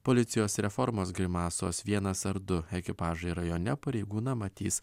policijos reformos grimasos vienas ar du ekipažai rajone pareigūną matys